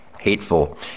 hateful